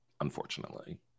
Unfortunately